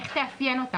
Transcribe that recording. איך תאפיין אותם?